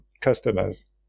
customers